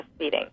breastfeeding